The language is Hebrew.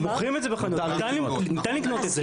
מוכרים את זה בחנויות, ניתן לקנות את זה.